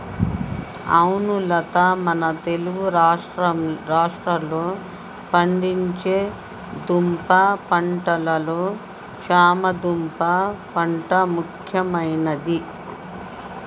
అవును లత మన తెలుగు రాష్ట్రాల్లో పండించే దుంప పంటలలో చామ దుంప పంట ముఖ్యమైనది